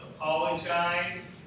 apologize